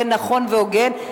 ונכון והוגן.